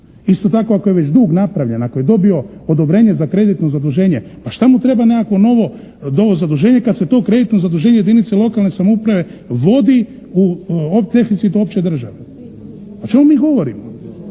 Isto tako, ako je već dug napravljen, ako je dobio odobrenje za kreditno zaduženje. Pa šta mu treba nekakvo novo zaduženje kad se to kreditno zaduženje jedinice lokalne samouprave vodi u deficitu opće države. O čemu mi govorimo?